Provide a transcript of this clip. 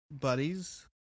buddies